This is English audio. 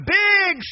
big